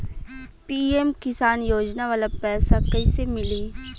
PM Kisan योजना वाला पैसा कईसे मिली?